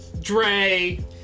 dre